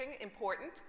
important